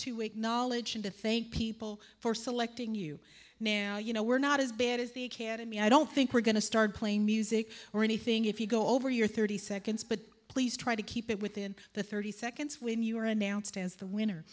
acknowledge and to thank people for selecting you now you know we're not as bad as the academy i don't think we're going to start playing music or anything if you go over your thirty seconds but please try to keep it within the thirty seconds when you are announced as the winner